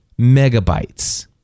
megabytes